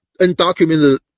undocumented